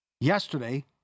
Yesterday